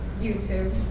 YouTube